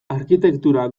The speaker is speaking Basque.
arkitektura